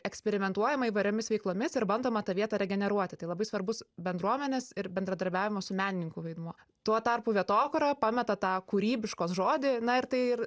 eksperimentuojama įvairiomis veiklomis ir bandoma tą vietą regeneruoti tai labai svarbus bendruomenės ir bendradarbiavimo su menininku vaidmuo tuo tarpu vietokūra pameta tą kūrybiškos žodį na ir tai ir